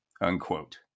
Unquote